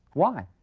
why?